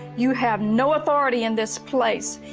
you have no authority in this place.